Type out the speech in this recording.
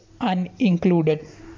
unincluded